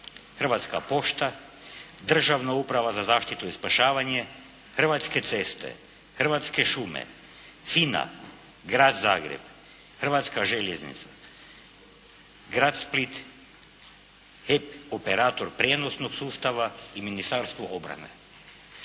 Hrvatska pošta, Državna uprava za zaštitu i spašavanje, Hrvatske ceste, Hrvatske šume, FINA, Grad Zagreb, Hrvatska željeznica, Grad Split, HEP operator prijenosnog sustava i Ministarstvo obrane.